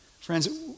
Friends